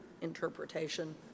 interpretation